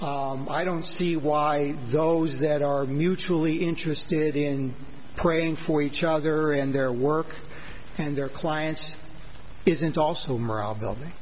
i don't see why those that are mutually interested in praying for each other and their work and their clients isn't also morale building